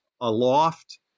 aloft